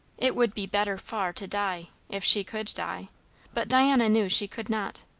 it would be better far to die, if she could die but diana knew she could not.